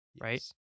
right